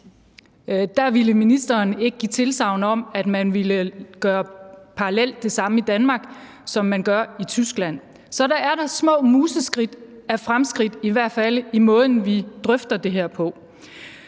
da ville ministeren ikke give tilsagn om, at man parallelt ville gøre det samme i Danmark, som man gør i Tyskland. Så der er da små museskridt af fremskridt, i hvert fald i måden, vi drøfter det her på.